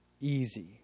easy